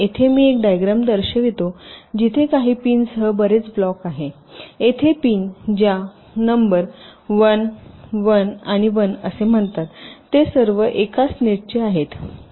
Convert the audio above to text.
येथे मी एक डायग्रॅम दर्शवितो जिथे काही पिनसह बरेच ब्लॉक आहेत येथे पिन ज्या नंबर 1 1 आणि 1 असे म्हणतात ते सर्व एकाच नेटचे आहेत